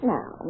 Now